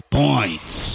points